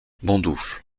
bondoufle